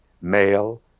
male